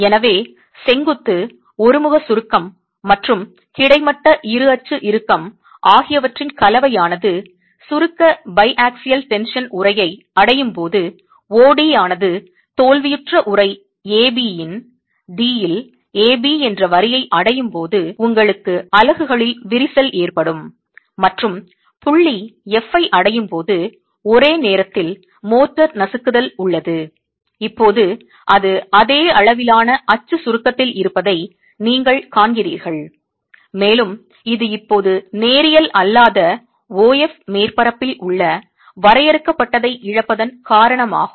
எனவே செங்குத்து ஒருமுக சுருக்கம் மற்றும் கிடைமட்ட இருஅச்சு இறுக்கம் ஆகியவற்றின் கலவையானது சுருக்க பைஆக்சியல் டென்ஷன் உறையை அடையும் போது OD ஆனது தோல்வியுற்ற உறை AB இன் D இல் AB என்ற வரியை அடையும் போது உங்களுக்கு அலகுகளில் விரிசல் ஏற்படும் மற்றும் புள்ளி F ஐ அடையும்போது ஒரே நேரத்தில் மோர்டார் நசுக்குதல் உள்ளது இப்போது அது அதே அளவிலான அச்சு சுருக்கத்தில் இருப்பதை நீங்கள் காண்கிறீர்கள் மேலும் இது இப்போது நேரியல் அல்லாத O F மேற்பரப்பில் உள்ள வரையறுக்கப்பட்டதை இழப்பதன் காரணமாகும்